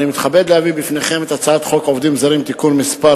אני מתכבד להביא בפניכם את הצעת חוק עובדים זרים (תיקון מס'